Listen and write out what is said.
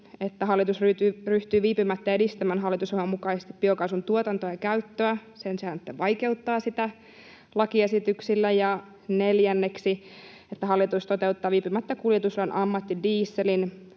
että hallitus ryhtyy viipymättä edistämään hallitusohjelman mukaisesti biokaasun tuotantoa ja käyttöä sen sijaan, että vaikeuttaa sitä lakiesityksillä. Neljänneksi, että hallitus toteuttaa viipymättä kuljetusalan ammattidieselin,